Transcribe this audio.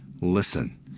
listen